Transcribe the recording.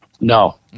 No